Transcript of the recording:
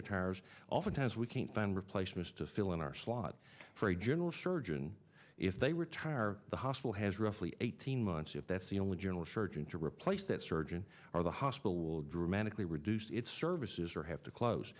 retires oftentimes we can't find replacements to fill in our slot for a general surgeon if they retire or the hospital has roughly eighteen months if that's the only journalist surgeon to replace that surgeon or the hospital will dramatically reduce its services or have to close